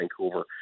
Vancouver